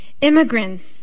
Immigrants